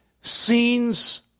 scenes